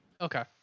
Okay